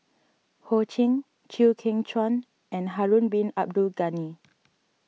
Ho Ching Chew Kheng Chuan and Harun Bin Abdul Ghani